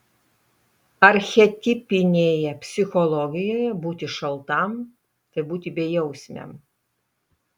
archetipinėje psichologijoje būti šaltam tai būti bejausmiam